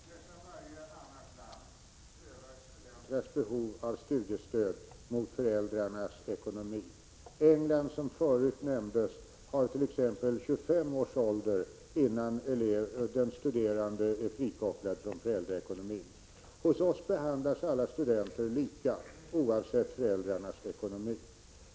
Fru talman! Nästan varje annat land än Sverige prövar studenternas behov av studiestöd mot bakgrund av föräldrarnas ekonomi. England, som här nämndes, har t.ex. en regel om 25 års ålder innan den studerande är frikopplad från föräldraekonomin. Hos oss behandlas alla studenter lika, oavsett föräldrarnas ekonomi.